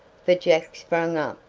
for jack sprang up,